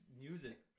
music